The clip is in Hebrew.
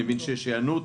אני מבין שיש היענות.